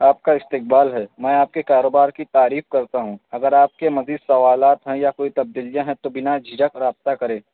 آپ کا استقبال ہے میں آپ کے کاروبار کی تعریف کرتا ہوں اگر آپ کے مزید سوالات ہیں یا کوئی تبدیلیاں ہیں تو بنا جھجھک رابطہ کرے